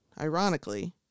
ironically